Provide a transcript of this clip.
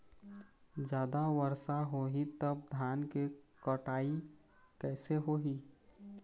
जादा वर्षा होही तब धान के कटाई कैसे होही?